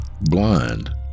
Blind